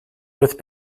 with